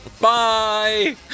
Bye